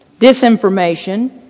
disinformation